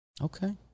Okay